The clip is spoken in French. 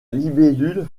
libellule